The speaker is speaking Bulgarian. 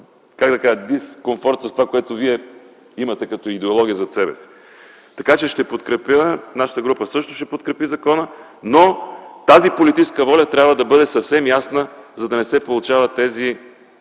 почти в дискомфорт с това, което вие имате като идеология зад себе си. Ще подкрепя, нашата група също ще подкрепи законопроекта, но тази политическа воля трябва да бъде съвсем ясна, за да не се получават тези